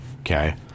okay